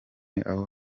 aho